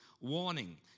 warning